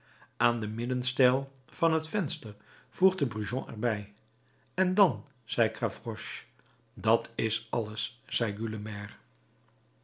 aan den middenstijl van het venster voegde brujon er bij en dan zei gavroche dat is alles